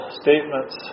statements